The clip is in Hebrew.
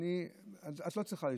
את לא צריכה להישאר.